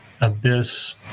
abyss